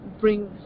bring